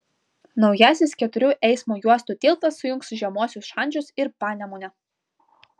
naujasis keturių eismo juostų tiltas sujungs žemuosius šančius ir panemunę